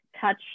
touch